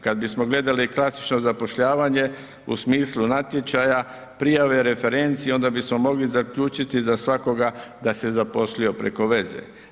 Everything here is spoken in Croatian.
Kad bismo gledali klasično zapošljavanje u smislu natječaja, prijave, referenci, onda bismo mogli zaključiti za svakoga da se zaposlio preko veze.